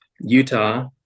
Utah